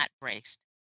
braced